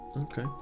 Okay